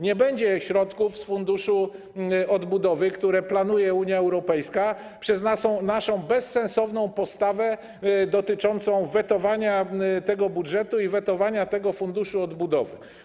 Nie będzie środków z Funduszu Odbudowy, które planuje Unia Europejska, przez naszą bezsensowną postawę dotyczącą wetowania tego budżetu i wetowania tego Funduszu Odbudowy.